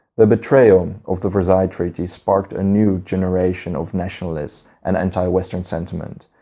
the betrayal of the versailles treaty sparked a new generation of nationalists and anti-western sentiment.